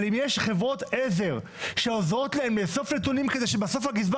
אם יש חברות עזר שעוזרות להן לאסוף נתונים כדי שבסוף הגזבר